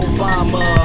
Obama